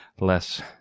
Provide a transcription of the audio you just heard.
less